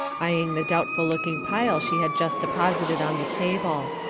eyeing the doubtful looking pile she had just deposited on the table.